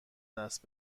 دست